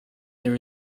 there